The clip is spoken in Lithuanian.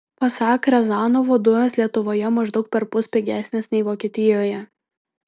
pasak riazanovo dujos lietuvoje maždaug perpus pigesnės nei vokietijoje